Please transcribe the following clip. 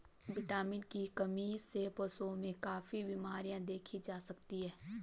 vitamin की कमी से पशुओं में काफी बिमरियाँ देखी जा सकती हैं